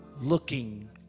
looking